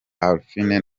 parfine